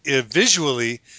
visually